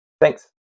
Thanks